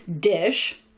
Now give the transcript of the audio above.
dish